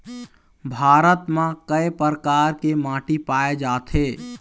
भारत म कय प्रकार के माटी पाए जाथे?